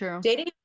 dating